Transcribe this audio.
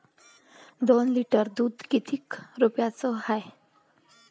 दोन लिटर दुध किती रुप्याचं हाये?